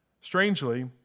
strangely